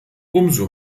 umso